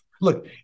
Look